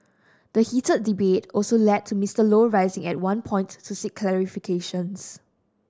the heated debate also led to Mister Low rising at one point to seek clarifications